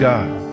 God